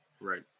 right